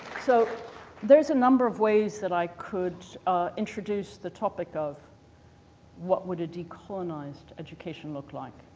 so there's a number of ways that i could introduce the topic of what would a decolonized education look like.